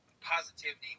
Positivity